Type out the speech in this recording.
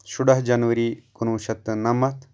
شُراہ جَنوٕری کُنوُہ شٮ۪تھ تہٕ نَمَتھ